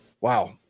wow